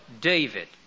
David